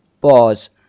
Pause